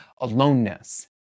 aloneness